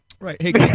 Right